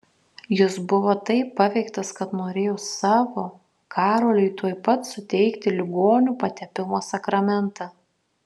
jis buvo taip paveiktas kad norėjo savo karoliui tuoj pat suteikti ligonių patepimo sakramentą